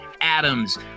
Adams